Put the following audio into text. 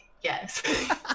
yes